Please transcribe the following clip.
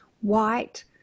white